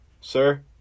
Sir